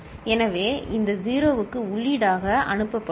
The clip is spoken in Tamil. எனவே இந்த 0 க்கு உள்ளீடாக அனுப்பப்படும்